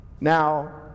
Now